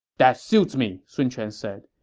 that suits me, sun quan said.